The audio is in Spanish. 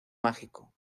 mágico